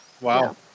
Wow